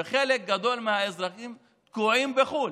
וחלק גדול מהאזרחים תקועים בחו"ל.